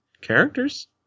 characters